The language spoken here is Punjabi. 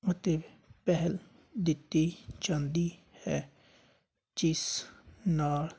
ਅਤੇ ਪਹਿਲ ਦਿੱਤੀ ਜਾਂਦੀ ਹੈ ਜਿਸ ਨਾਲ